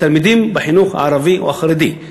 תלמידים בחינוך הערבי או החרדי.